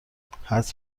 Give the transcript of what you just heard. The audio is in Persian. حدس